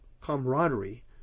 camaraderie